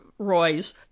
Roy's